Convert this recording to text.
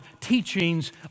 teachings